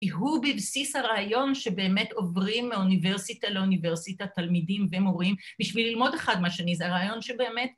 ‫הוא בבסיס הרעיון שבאמת עוברים ‫מאוניברסיטה לאוניברסיטה ‫תלמידים ומורים, ‫בשביל ללמוד אחד מהשני, ‫זה הרעיון שבאמת...